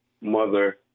mother